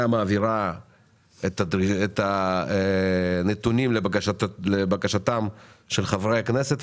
מעבירה את הנתונים לבקשתם של חברי הכנסת,